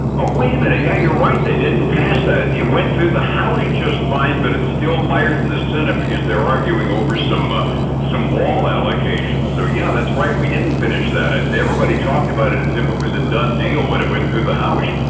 oh, wait a minute, yeah! you're right, they didn't pass that. it went through the house just fine, but it's still mired in the senate because they're arguing over some ah some wall allocations. so yeah, that's right we didn't finish that. everybody talked about it as if it was a done deal when it went through the house,